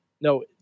No